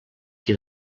qui